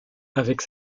avec